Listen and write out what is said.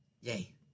Yay